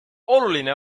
oluline